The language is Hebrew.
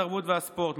התרבות והספורט,